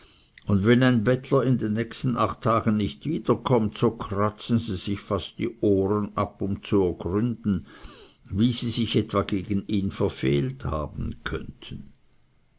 und wenn ein bettler in den nächsten acht tagen nicht wieder kömmt so kratzen sie sich fast die ohren ab um zu ergründen wie sie sich etwa gegen ihn verfehlt haben könnten